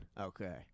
Okay